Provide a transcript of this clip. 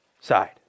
side